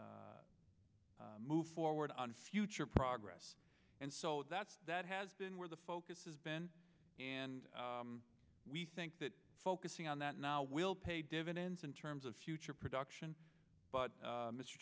to move forward on future progress and so that's that has been where the focus has been and we think that focusing on that now will pay dividends in terms of future production but